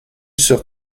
sur